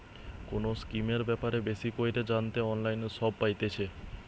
কোনো স্কিমের ব্যাপারে বেশি কইরে জানতে অনলাইনে সব পাইতেছে